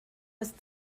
ist